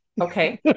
Okay